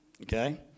Okay